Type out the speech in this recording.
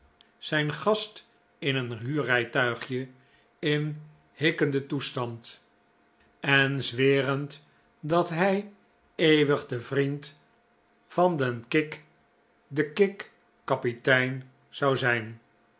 zijn gast in een huurrijtuigje in hikkenden toestand en zwerend dat hij eeuwig de vriend van den kik den kik kapitein zou zijn